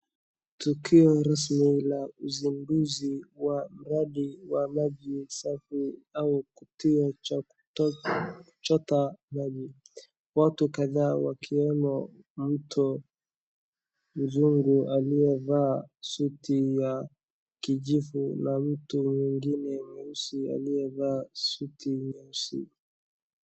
Tukio rasmi ya uzinduzi wa mradi wa maji safi au kituo cha kuchota maji, watu kadhaa wakiwemo Ruto, mzungu aliyevaa suti ya kijivu na mtu mwingine mweusi aliyevaa suti nyeusi.